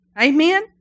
Amen